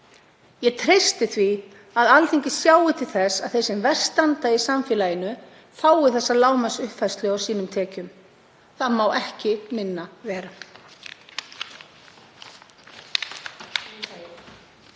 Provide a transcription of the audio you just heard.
Ég treysti því að Alþingi sjái til þess að þeir sem verst standa í samfélaginu fái þessa lágmarksuppfærslu á sínum tekjum. Það má ekki minna vera.